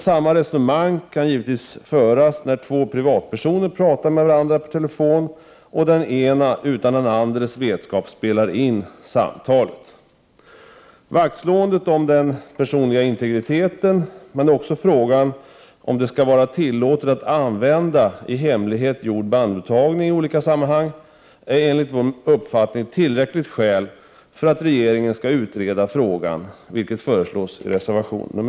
Samma resonemang kan naturligtvis föras när det gäller två privatpersoner som talar med varandra i telefon och den ena utan den andres vetskap spelar in samtalet. Vaktslåendet om den personliga integriteten men också frågan om det skall vara tillåtet att använda i hemlighet gjord bandupptagning i olika sammanhang är enligt vår uppfattning tillräckligt skäl för att regeringen skall utreda frågan, vilket föreslås i reservation 5.